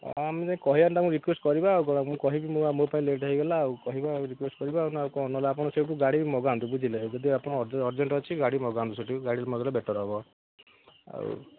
ଆମେ କହିବା ତାଙ୍କୁ ରିକ୍ଵେଷ୍ଟ କରିବା ଆଉ କ'ଣ ମୁଁ କହିବି ମୋ ପାଇଁ ଲେଟ୍ ହୋଇଗଲା ଆଉ କହିବା ରିକ୍ଵେଷ୍ଟ ଆଉ ନା ଆଉ କ'ଣ ନହେଲେ ଆପଣ ସେଇଠୁ ଗାଡ଼ି ମଗାନ୍ତୁ ବୁଝିଲେ ଯଦି ଆପଣ ଅର୍ଜେଣ୍ଟ ଅଛି ଗାଡ଼ି ମଗାନ୍ତୁ ସେଠୁ ଗାଡ଼ି ମଗାଇଲେ ବେଟର୍ ହେବ ଆଉ